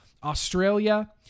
Australia